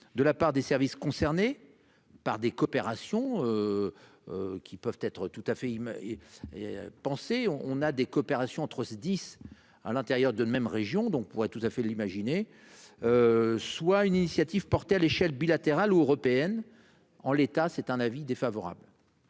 De la part des services concernés par des coopérations. Qui peuvent être tout à fait il. Il y a pensé on on a des coopérations entre SDIS. À l'intérieur de de même région dont pourrait tout à fait l'imaginer. Soit une initiative portée à l'échelle, bilatérale ou européenne en l'état, c'est un avis défavorable.